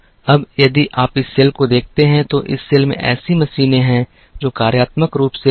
अब यदि आप इस सेल को देखते हैं तो इस सेल में ऐसी मशीनें हैं जो कार्यात्मक रूप से भिन्न हैं